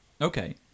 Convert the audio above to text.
Okay